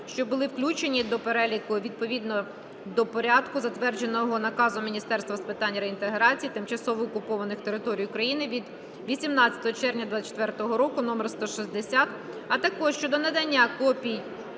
що були включені до переліку відповідно до Порядку, затвердженого Наказом Міністерства з питань реінтеграції тимчасово окупованих територій України від 18 червня 2024 року №160, а також щодо надання копій